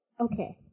Okay